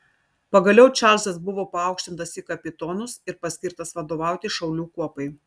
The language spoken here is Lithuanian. pagaliau čarlzas buvo paaukštintas į kapitonus ir paskirtas vadovauti šaulių kuopai